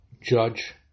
judge